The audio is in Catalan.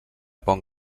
bon